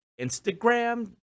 Instagram